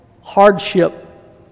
hardship